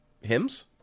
Hymns